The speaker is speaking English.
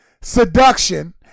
Seduction